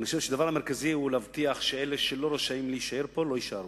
אני חושב שהדבר המרכזי הוא להבטיח שאלה שלא רשאים להישאר פה לא יישארו.